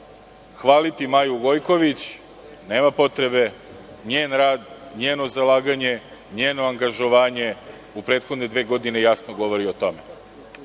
mislimo. Hvaliti Maju Gojković nema potrebe. Njen rad, njeno zalaganje, njeno angažovanje u prethodne dve godine jasno govori o